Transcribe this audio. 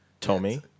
Tommy